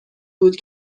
بود